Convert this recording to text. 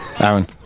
Aaron